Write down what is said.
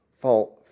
Fault